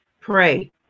Pray